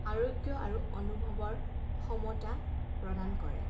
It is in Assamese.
আৰোগ্য আৰু অনুভৱৰ সমতা প্ৰদান কৰে